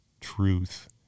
truth